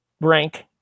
rank